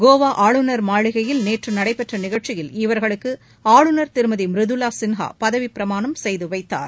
கோவா ஆளுநர் மாளிகையில் நேற்று நடைபெற்ற நிகழ்ச்சியில் இவர்களுக்கு ஆளுநர் திருமதி மிருதுளா சின்ஹா பதவிப்பிரமாணம் செய்து வைத்தார்